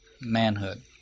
manhood